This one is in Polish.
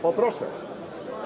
Poproszę.